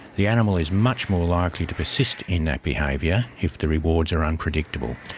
the animal is much more likely to persist in that behaviour if the rewards are unpredictable.